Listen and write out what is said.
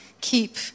Keep